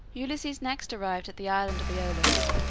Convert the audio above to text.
ulysses next arrived at the island of aeolus.